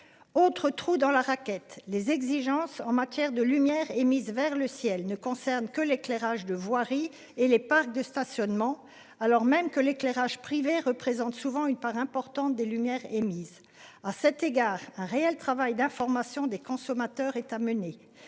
Autres trous dans la raquette, les exigences en matière de lumière émise vers le ciel ne concerne que l'éclairage de voiries et les parcs de stationnement, alors même que l'éclairage privées représentent souvent une part importante des lumières émises à cet égard un réel travail d'information des consommateurs est amené